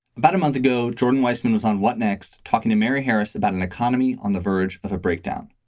about a month ago, jordan weissmann was on what next, talking to mary harris about an economy on the verge of a breakdown.